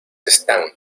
están